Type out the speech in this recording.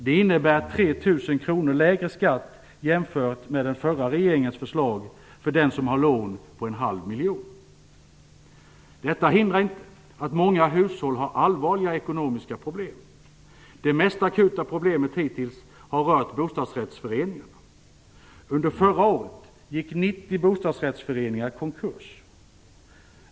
Det innebär 3 000 kr lägre skatt jämfört med den förra regeringens förslag för den som har ett lån på en halv miljon. Detta hindrar inte att många hushåll har allvarliga ekonomiska problem. Det mest akuta problemet hittills har varit bostadsrättsföreningarna. Under förra året gick 90 bostadsrättsföreningar i konkurs.